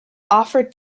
offer